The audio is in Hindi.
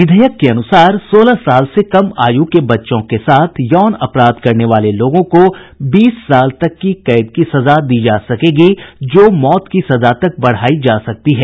विधेयक के अनुसार सोलह साल से कम आयु के बच्चों के साथ यौन अपराध करने वाले लोगों को बीस साल तक की कैद की सजा दी जा सकेगी जो मौत की सजा तक बढ़ाई जा सकती है